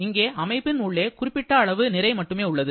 இங்கே அமைப்பின் உள்ளே குறிப்பிட்ட அளவு நிறை மட்டுமே உள்ளது